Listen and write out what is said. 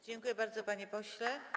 Dziękuję bardzo, panie pośle.